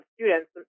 students